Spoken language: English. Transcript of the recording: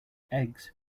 eggs